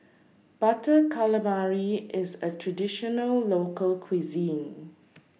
Butter Calamari IS A Traditional Local Cuisine